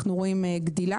אנחנו רואים גידול.